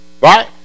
right